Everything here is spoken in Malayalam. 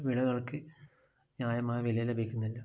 വിളകൾക്ക് ന്യായമായ വില ലഭിക്കുന്നില്ല